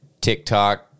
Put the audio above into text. TikTok